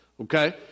Okay